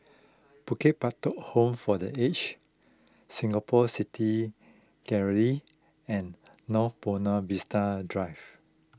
Bukit Batok Home for the Aged Singapore City Gallery and North Buona Vista Drive